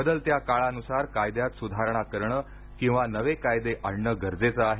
बदलत्या काळानुसार कायद्यात सुधारणा करण किंवा नवे कायदे आणण गरजेचं आहे